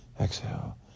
Exhale